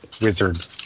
wizard